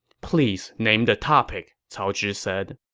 please name the topic, cao zhi said